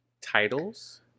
Titles